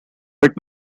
but